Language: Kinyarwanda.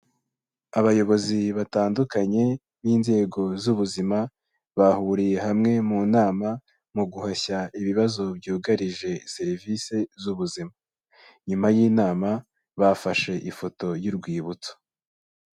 Abayobozi batandukanye b'inzego z'ubuzima bahuriye hamwe mu nama mu guhashya ibibazo byugarije serivisi z'ubuzima. nyuma y'inama bafashe ifoto y'urwibutso.